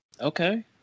Okay